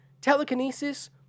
telekinesis